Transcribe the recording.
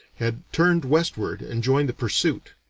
had turned westward and joined the pursuit.